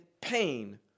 pain